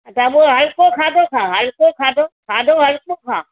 पोइ हलको खाधो खाउ हलको खाधो खाधो हलको खाउ